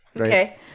Okay